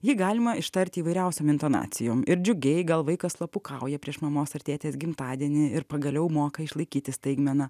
jį galima ištarti įvairiausiom intonacijom ir džiugiai gal vaikas slapukauja prieš mamos ar tėtės gimtadienį ir pagaliau moka išlaikyti staigmeną